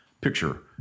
picture